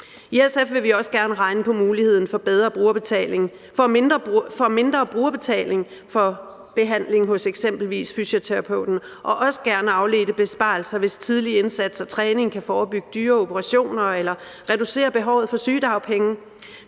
I SF vil vi også gerne regne på muligheden for mindre brugerbetaling for behandling hos eksempelvis fysioterapeuten og også gerne afledte besparelser, hvis tidlig indsats og træning kan forebygge dyre operationer eller reducere behovet for sygedagpenge.